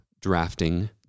drafting